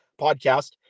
podcast